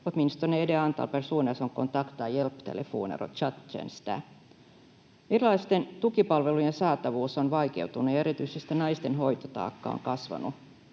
åtminstone i det antal personer som kontaktar hjälptelefoner och chattjänster. Erilaisten tukipalvelujen saatavuus on vaikeutunut, ja erityisesti naisten hoitotaakka on kasvanut.